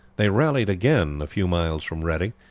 they rallied again a few miles from reading.